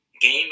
game